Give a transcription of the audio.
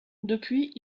depuis